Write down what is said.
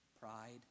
pride